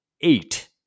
eight